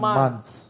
months